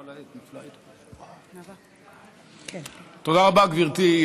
תודה רבה, גברתי.